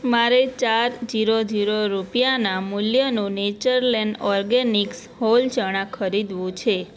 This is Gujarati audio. મારે ચાર ઝીરો ઝીરો રૂપિયાના મૂલ્યનું નેચરલેન્ડ ઓર્ગેનિક્સ હોલ ચણા ખરીદવું છે